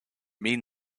mean